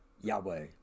Yahweh